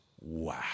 Wow